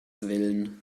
willen